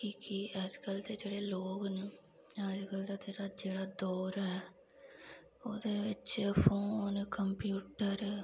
कि के अजंज कल दे जेह्ड़े लोग न जां अज कल दा जेह्ड़ा दौर ऐ ओह्दै बिच्च फोन कंप्यूटर